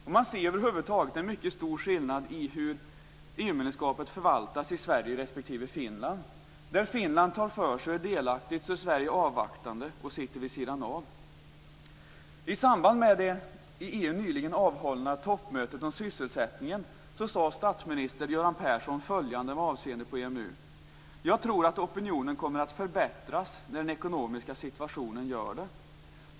Man ser över huvud taget en stor skillnad i hur EU-medlemskapet förvaltas i Sverige respektive Finland. När Finland tar för sig och är delaktigt är Sverige avvaktande och sitter vid sidan av. I samband med det i EU nyligen avhållna toppmötet om sysselsättningen sade statsminister Göran Persson följande med avseende på EMU: "Jag tror att opinionen kommer att förbättras när den ekonomiska situationen gör det."